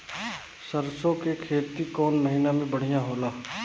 सरसों के खेती कौन महीना में बढ़िया होला?